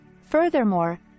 Furthermore